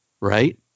right